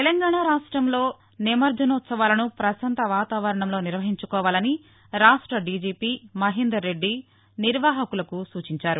తెలంగాణ రాష్ట్రంలో నిమజ్జనోత్సవాలను పశాంత వాతాపరణంలో నిర్వహించుకోవాలని రాష్ట్ర డిజిపి మహేందర్రెడ్డి నిర్వాహకులకు సూచించారు